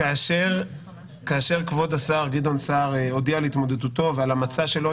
אז כאשר כבוד השר גדעון סער הודיע על התמודדותו ועל המצע שלו,